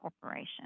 corporation